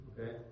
okay